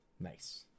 Nice